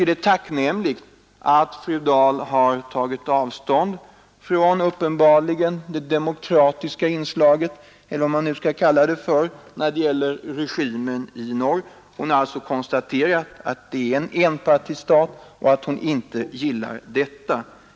Det är tacknämligt att fru Dahl nu uppenbarligen tagit avstånd från påståenden om att regimen i norr är demokratisk. Hon har alltså konstaterat att det är en enpartistat och att hon inte gillar detta.